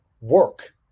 work